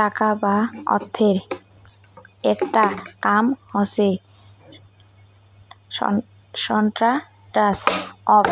টাকা বা অর্থের আকটা কাম হসে স্ট্যান্ডার্ড অফ